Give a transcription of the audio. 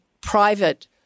private